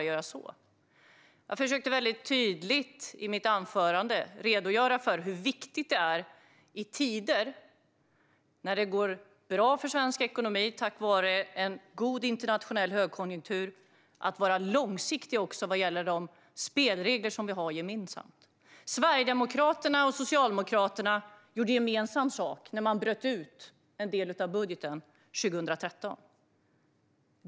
I mitt anförande försökte jag att tydligt redogöra för hur viktigt det är att vara långsiktig vad gäller de spelregler som vi har gemensamt i tider då det går bra för svensk ekonomi tack vare en internationell högkonjunktur. Sverigedemokraterna och Socialdemokraterna gjorde gemensam sak när de bröt ut en del av budgeten 2013.